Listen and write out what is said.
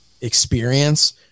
experience